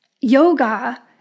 Yoga